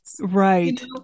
Right